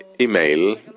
email